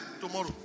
Tomorrow